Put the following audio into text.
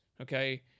okay